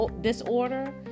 disorder